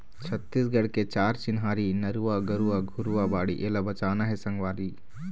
छत्तीसगढ़ के चार चिन्हारी नरूवा, गरूवा, घुरूवा, बाड़ी एला बचाना हे संगवारी